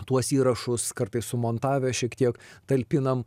tuos įrašus kartais sumontavę šiek tiek talpinam